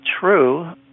true